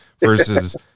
versus